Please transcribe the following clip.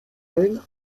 elle